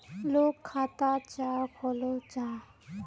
लोग खाता चाँ खोलो जाहा?